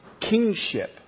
kingship